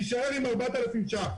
יישאר עם 4,000 ש"ח.